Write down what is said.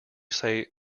say